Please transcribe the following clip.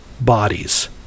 bodies